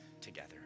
together